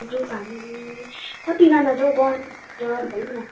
group हामी कतिजना छ हौ गनेर भनौँ न